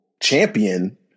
champion